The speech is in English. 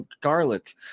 garlic